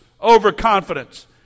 overconfidence